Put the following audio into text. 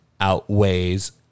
outweighs